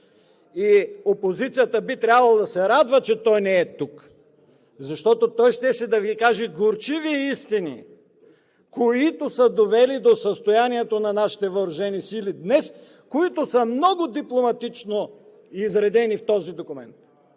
И опозицията би трябвало да се радва, че той не е тук, защото той щеше да Ви каже горчиви истини, които са довели до състоянието на нашите въоръжени сили днес, които са много дипломатично изредени в този документ